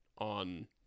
on